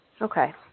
Okay